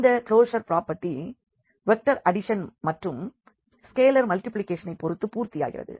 இந்த closure property vector addition மற்றும் scalar மல்டிப்ளிகேஷனை பொறுத்து பூர்த்தியாகிறது